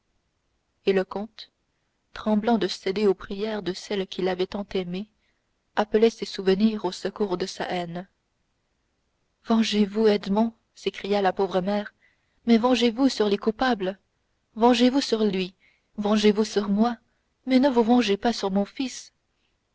et le comte tremblant de céder aux prières de celle qu'il avait tant aimée appelait ses souvenirs au secours de sa haine vengez vous edmond s'écria la pauvre mère mais vengez vous sur les coupables vengez vous sur lui vengez vous sur moi mais ne vous vengez pas sur mon fils